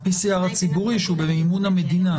וה-PCR הציבורי שהוא במימון המדינה?